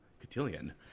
cotillion